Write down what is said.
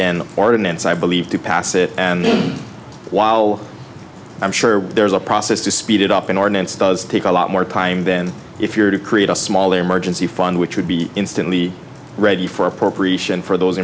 an ordinance i believe to pass it and while i'm sure there's a process to speed it up an ordinance does take a lot more time then if you're to create a small emergency fund which would be instantly ready for appropriation for those